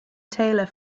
taylor